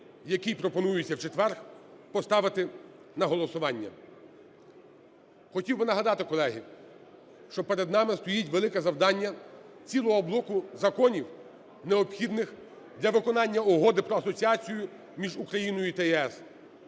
який пропонується в четвер поставити на голосування. Хотів би нагадати, колеги, що перед нами стоїть велике завдання цілого блоку законів, необхідних для виконання Угоди про асоціацію між Україною та ЄС.